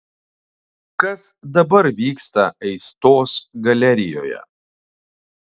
kas dabar vyksta aistos galerijoje